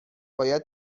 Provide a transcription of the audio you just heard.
باید